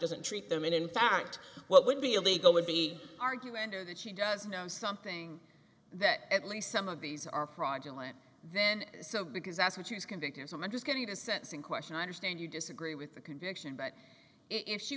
doesn't treat them and in fact what would be illegal would be argue enter that she does know something that at least some of these are projects let then so because that's what she was convicted someone just getting a sense in question i understand you disagree with the conviction but if she